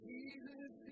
Jesus